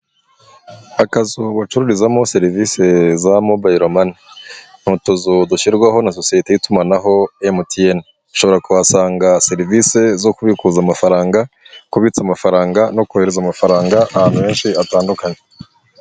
Akazu bacururizamo serivisi za Mobile Money. Ni utuzu dushyirwaho na sosiyete y'itumanaho MTN. Ushobora kuhasanga serivisi zo kubikuza amafaranga, kubitsa amafaranga no kohereza amafaranga ahantu henshi hatandukanye.